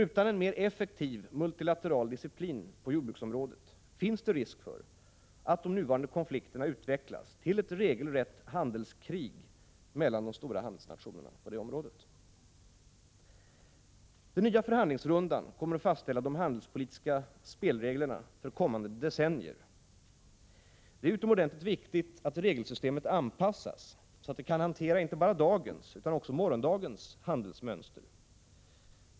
Utan en mer effektiv multilateral disciplin på jordbruksområdet finns det risk för att de nuvarande konflikterna utvecklas till ett regelrätt handelskrig mellan de stora handelsnationerna. Den nya förhandlingsrundan kommer att fastställa de handelspolitiska spelreglerna för kommande decennier. Det är utomordentligt viktigt att regelsystemet anpassas så att det kan hantera inte bara dagens utan också morgondagens handelsmönster.